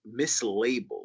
mislabeled